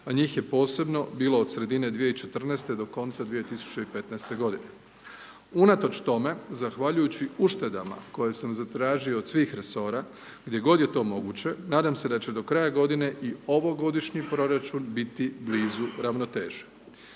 a njih je posebno bilo od sredine 2014.-te do konca 2015.-te godine. Unatoč tome, zahvaljujući uštedama koje sam zatražio od svih resora, gdje god je to moguće, nadam se da će do kraja godine i ovogodišnji proračun biti blizu ravnoteže.